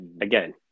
again